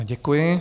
Děkuji.